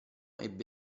ebbe